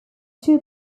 two